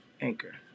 Anchor